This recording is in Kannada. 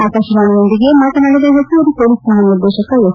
ಆಕಾಶವಾಣಿಯೊಂದಿಗೆ ಮಾತನಾಡಿದ ಹೆಚ್ಚುವರಿ ಪೊಲೀಸ್ ಮಹಾನಿರ್ದೇಶಕ ಎಸ್